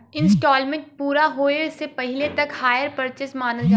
instalment पूरा होये से पहिले तक हायर परचेस मानल जाला